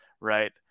right